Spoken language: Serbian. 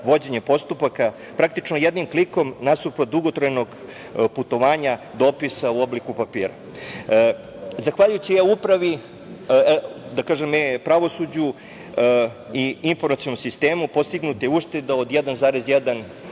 vođenje postupaka. Praktično jednim klikom nasuprot dugotrajnog putovanja dopisa u obliku papira. Zahvaljujući E-upravi, E-pravosuđu i informacionom sistemu postignuta je ušteda od 1,1